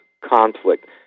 conflict